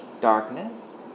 darkness